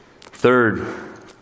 Third